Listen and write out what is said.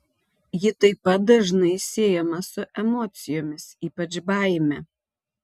ji taip pat dažnai siejama su emocijomis ypač baime